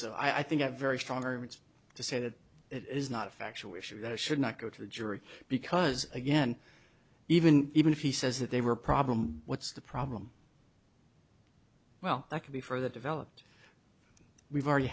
so i think i have very strong arguments to say that it is not a factual issue that should not go to a jury because again even even if he says that they were a problem what's the problem well that could be further developed we've already